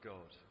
God